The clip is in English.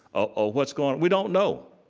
or what's going, we don't know,